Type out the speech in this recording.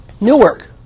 Newark